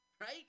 Right